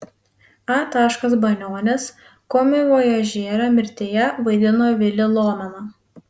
a banionis komivojažerio mirtyje vaidino vilį lomeną